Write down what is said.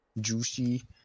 juicy